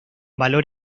valor